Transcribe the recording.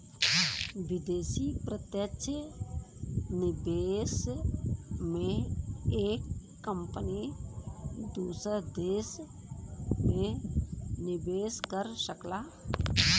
विदेशी प्रत्यक्ष निवेश में एक कंपनी दूसर देस में निवेस कर सकला